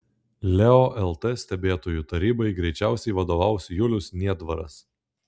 leo lt stebėtojų tarybai greičiausiai vadovaus julius niedvaras